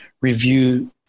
review